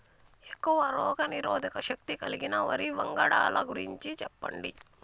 ఎక్కువ రోగనిరోధక శక్తి కలిగిన వరి వంగడాల గురించి చెప్పండి?